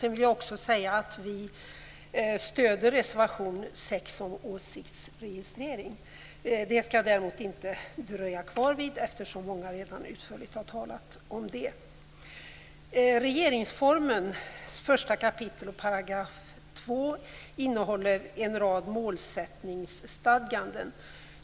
Sedan vill jag också säga att vi stöder reservation 6 om åsiktsregistrering. Det skall jag däremot inte dröja kvar vid eftersom många redan utförligt har talat om det. Regeringsformen 1 kap. 2 § innehåller en rad målsättningsstadganden.